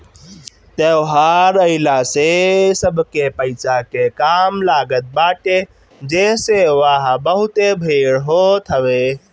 त्यौहार आइला से सबके पईसा के काम लागत बाटे जेसे उहा बहुते भीड़ होत हवे